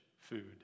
food